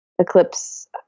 eclipse